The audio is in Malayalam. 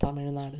തമിഴ്നാട്